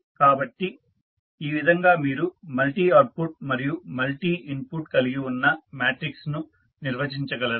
కాబట్టి ఈ విధంగా మీరు మల్టీ అవుట్పుట్ మరియు మల్టీ ఇన్పుట్ కలిగి ఉన్న మ్యాట్రిక్స్ ను నిర్వచించగలరు